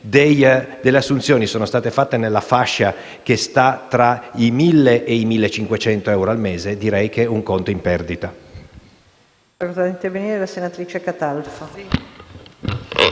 delle assunzioni sono state fatte nella fascia che sta tra i 1.000 e i 1.500 euro al mese, direi che è un conto in perdita.